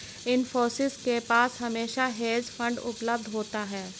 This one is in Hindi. इन्फोसिस के पास हमेशा हेज फंड उपलब्ध होता है